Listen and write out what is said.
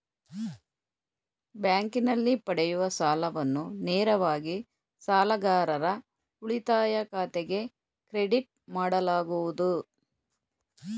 ಬ್ಯಾಂಕಿನಲ್ಲಿ ಪಡೆಯುವ ಸಾಲವನ್ನು ನೇರವಾಗಿ ಸಾಲಗಾರರ ಉಳಿತಾಯ ಖಾತೆಗೆ ಕ್ರೆಡಿಟ್ ಮಾಡಲಾಗುವುದು